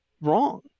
wrong